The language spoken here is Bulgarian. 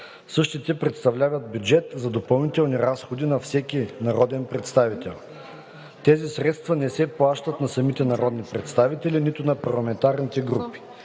Същите представляват бюджет за допълнителни разходи на всеки народен представител. Тези средства не се плащат на самите народни представители, нито на парламентарните групи.